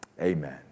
Amen